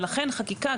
ולכן חקיקה,